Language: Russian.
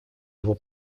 его